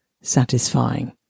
satisfying